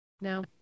no